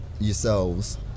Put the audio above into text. yourselves